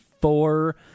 four